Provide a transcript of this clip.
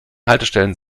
haltestellen